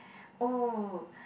oh